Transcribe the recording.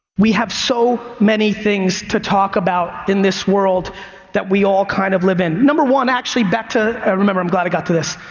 we have so many things to talk about in this world that we all kind of live in. number one, actually back to, i remember i'm glad i got to this.